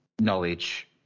knowledge